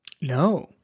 no